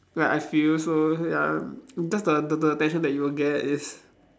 like I feel so ya that's the the the attention you will get is